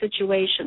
situation